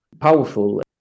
powerful